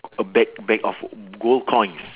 a bag bag of gold coins